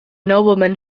noblemen